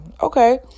Okay